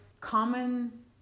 common